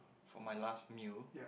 for my last meal